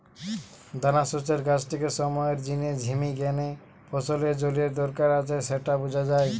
দানাশস্যের গাছটিকে সময়ের জিনে ঝিমি গ্যানে ফসলের জলের দরকার আছে স্যাটা বুঝা যায়